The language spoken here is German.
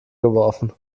geworfen